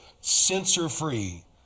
censor-free